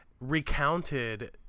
recounted